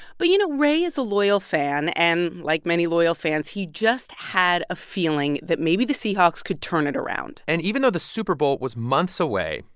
but, you know, ray is a loyal fan. and like many loyal fans, he just had a feeling that maybe the seahawks could turn it around and even though the super bowl was months away,